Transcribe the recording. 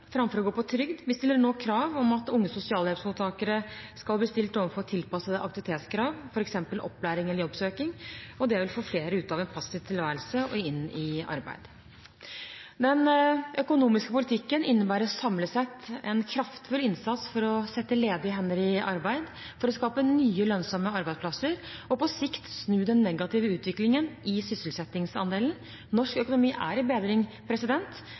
framfor å gå på trygd. Vi stiller nå krav om at unge sosialhjelpsmottakere skal bli stilt overfor tilpassede aktivitetskrav, f.eks. opplæring eller jobbsøking. Det vil få flere ut av en passiv tilværelse og inn i arbeid. Den økonomiske politikken innebærer samlet sett en kraftfull innsats for å sette ledige hender i arbeid, for å skape nye lønnsomme arbeidsplasser og på sikt snu den negative utviklingen i sysselsettingsandelen. Norsk økonomi er i bedring.